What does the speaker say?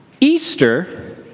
Easter